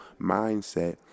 mindset